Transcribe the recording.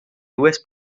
dues